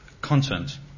Content